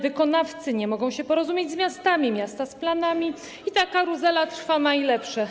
Wykonawcy nie mogą się porozumieć z miastami, miasta z planami i ta karuzela trwa w najlepsze.